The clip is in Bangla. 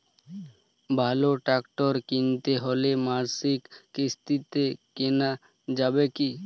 ভালো ট্রাক্টর কিনতে হলে মাসিক কিস্তিতে কেনা যাবে কি?